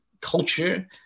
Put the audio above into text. culture